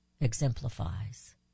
exemplifies